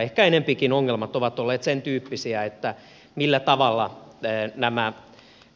ehkä enempikin ongelmat ovat olleet sentyyppisiä että millä tavalla nämä